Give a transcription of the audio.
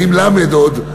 אני עם "ל" עוד,